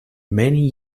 many